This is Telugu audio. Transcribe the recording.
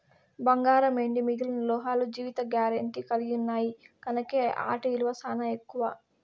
బంగారం, ఎండి మిగిలిన లోహాలు జీవిత గారెంటీ కలిగిన్నాయి కనుకే ఆటి ఇలువ సానా ఎక్కువ